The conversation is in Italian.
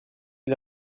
gli